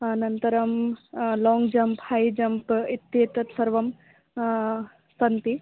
अनन्तरं long jump high jump इत्येतत् सर्वं सन्ति